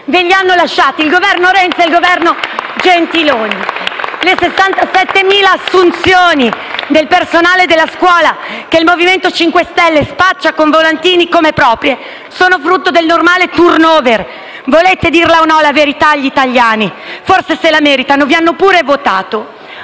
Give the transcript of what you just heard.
ve li hanno lasciati il Governo Renzi e il Governo Gentiloni Silveri! *(Applausi dal Gruppo PD).* Le 67.000 assunzioni del personale della scuola, che il MoVimento 5 Stelle spaccia con volantini come proprie, sono frutto del normale *turnover*: volete dire o no la verità agli italiani? Forse se la meritano, vi hanno pure votato!